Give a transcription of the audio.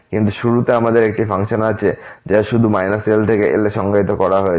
কিন্তু শুরুতে আমাদের একটি ফাংশন আছে যা শুধু l l থেকে সংজ্ঞায়িত করা হয়েছে